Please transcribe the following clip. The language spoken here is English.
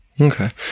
Okay